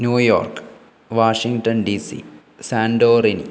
New York Washington D C Santorini